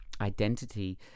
identity